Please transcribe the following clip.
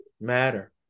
matter